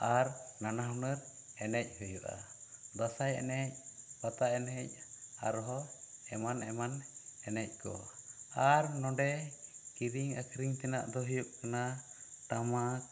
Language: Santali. ᱱᱟᱱᱟ ᱦᱩᱱᱟᱹᱨ ᱮᱱᱮᱡ ᱦᱩᱭᱩᱜᱼᱟ ᱫᱟᱸᱥᱟᱭ ᱮᱱᱮᱡ ᱯᱟᱛᱟ ᱮᱱᱮᱡ ᱟᱨ ᱦᱚᱸ ᱮᱢᱟᱱ ᱮᱢᱟᱱ ᱮᱱᱮᱡ ᱠᱚ ᱟᱨ ᱱᱚᱸᱰᱮ ᱠᱤᱨᱤᱧ ᱟᱹᱠᱷᱨᱤᱧ ᱛᱮᱱᱟᱜ ᱫᱚ ᱦᱩᱭᱩᱜ ᱠᱟᱱᱟ ᱴᱟᱢᱟᱠ